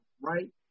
right